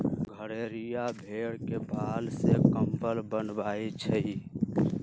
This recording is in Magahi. गड़ेरिया भेड़ के बाल से कम्बल बनबई छई